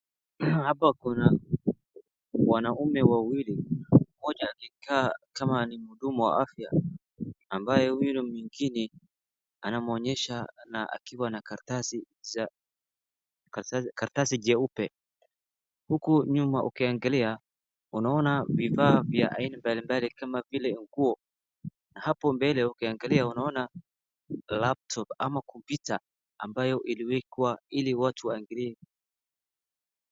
Hapa kuna wanaume wawili, mmoja amekaa kama ni mhudumu wa afya, ambaye yule mwingine anamonyesha na akiwa na karatasi za karatasi jeupe. Huku nyuma ukiangalia unaona vibaa vya aina mbalimbali kama vile nguo. Na hapo mbele ukiangalia unaona laptop ama kompyuta ambayo iliwekwa ili watu waangalie.